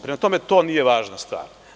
Prema tome, tonije važna stvar.